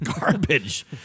garbage